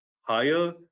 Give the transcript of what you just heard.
higher